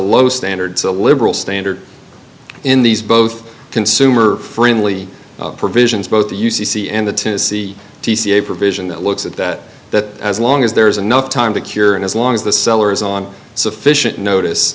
low standards a liberal standard in these both consumer friendly provisions both the u c c and the tennessee dca provision that looks at that that as long as there is enough time to cure and as long as the seller is on sufficient notice